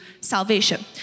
salvation